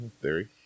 theory